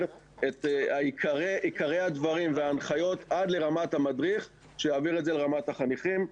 את עיקרי הדברים וההנחיות עד לרמת המדריך שיעביר את זה לרמת החניכים.